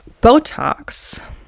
Botox